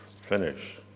finish